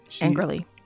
angrily